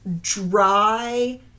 dry